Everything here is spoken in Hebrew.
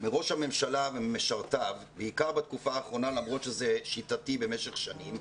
מראש הממשלה וממשרתיו בעיקר בתקופה האחרונה למרות שזה שיטתי במשך שנים,